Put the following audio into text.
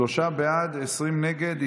שלושה בעד, 20 נגד.